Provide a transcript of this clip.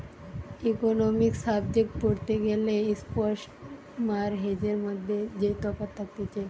economics subject পড়তে গ্যালে spot আর হেজের মধ্যে যেই তফাৎ থাকতিছে